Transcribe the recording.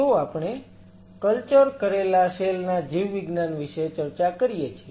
તો આપણે કલ્ચર કરેલા સેલ ના જીવવિજ્ઞાન વિશે ચર્ચા કરીએ છીએ